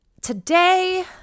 Today